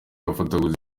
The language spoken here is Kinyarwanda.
abafatabuguzi